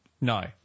No